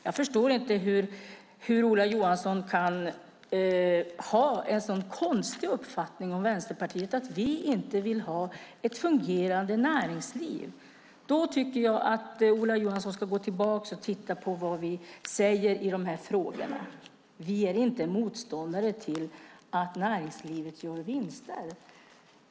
Jag förstår inte hur Ola Johansson kan ha en så konstig uppfattning om Vänsterpartiet, nämligen att vi inte vill ha ett fungerande näringsliv. Ola Johansson ska gå tillbaka och titta på vad vi säger i frågorna. Vi är inte motståndare till att näringslivet gör vinster.